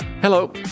hello